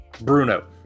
Bruno